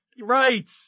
Right